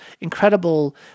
incredible